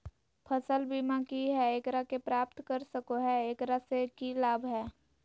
फसल बीमा की है, एकरा के प्राप्त कर सको है, एकरा से की लाभ है?